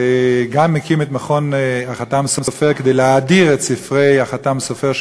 וגם הקים את מכון החת"ם סופר כדי להאדיר את ספרי החת"ם סופר,